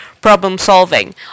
problem-solving